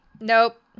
Nope